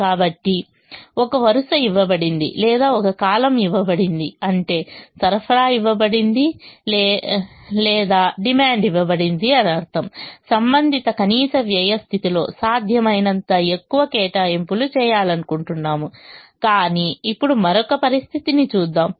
కాబట్టి ఒక వరుస ఇవ్వబడింది లేదా ఒక కాలమ్ ఇవ్వబడింది అంటే సరఫరా ఇవ్వబడింది లేదా డిమాండ్ ఇవ్వబడింది అని అర్థం సంబంధిత కనీస వ్యయ స్థితిలో సాధ్యమైనంత ఎక్కువ కేటాయింపులు చేయాలనుకుంటున్నాము కాని ఇప్పుడు మరొక పరిస్థితిని చూద్దాం